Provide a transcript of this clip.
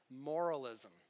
moralism